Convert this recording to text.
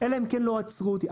אלא אם כן לא עצרו אותי.